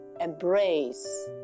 embrace